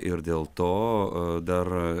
ir dėl to dar